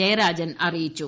ജയരാജൻ അറിയിച്ചു